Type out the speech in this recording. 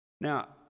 Now